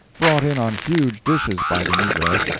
brought in on huge dishes by the negroes,